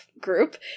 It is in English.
group